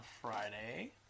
Friday